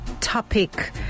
topic